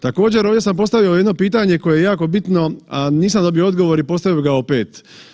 Također ovdje sam postavio jedno pitanje koje je jako bitno, a nisam dobio odgovor i postavio bi ga opet.